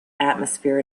atmosphere